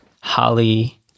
Holly